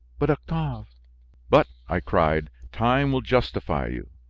but, octave but, i cried, time will justify you!